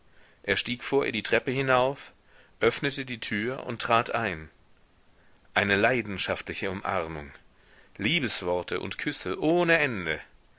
er stieg vor ihr die treppe hinauf öffnete die tür und trat ein eine leidenschaftliche umarmung liebesworte und küsse ohne ende